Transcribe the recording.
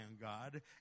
God